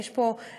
יש פה איומים,